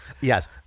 yes